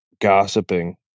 gossiping